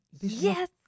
Yes